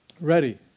Ready